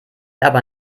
aber